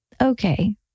okay